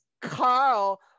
Carl